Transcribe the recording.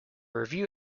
review